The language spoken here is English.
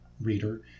reader